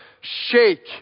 shake